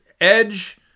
Edge